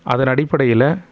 அதன் அடிப்படையில்